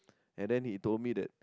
and then he told me that